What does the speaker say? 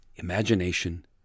imagination